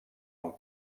amb